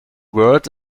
word